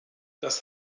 das